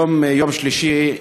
היום יום שלישי,